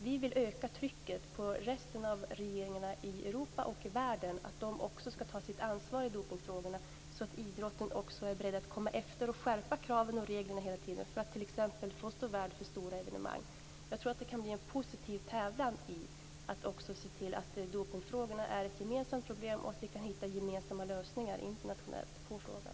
Vi vill öka trycket på resten av regeringarna i Europa och övriga världen att också ta sitt ansvar i dopningsfrågorna, så att idrottsrörelsen hela tiden är beredd att komma efter och skärpa kraven och reglerna för att t.ex. få stå värd för stora evenemang. Jag tror att det kan bli en positiv tävlan i att se till att dopningsfrågorna blir ett gemensamt problem så att vi kan hitta gemensamma lösningar internationellt på frågan.